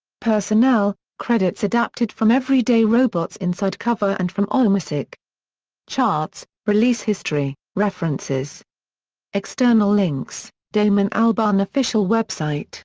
personnel credits adapted from everyday robots inside cover and from allmusic charts release history references external links damon albarn official website